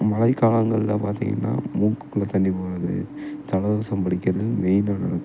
மழைக்காலங்கள்ல பார்த்திங்கன்னா மூக்குள்ளே தண்ணி போகறது ஜலதோஷம் பிடிக்கிறது மெயினாக நடக்கும்